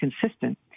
consistent